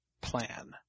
plan